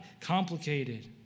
complicated